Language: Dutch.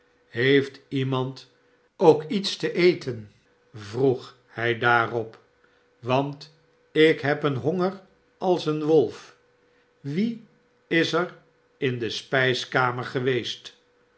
heeft iemand ook iets te eten vroeg hij daarop swant ik heb een honger als een wolf wie is er in de spijskamer geweest